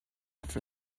for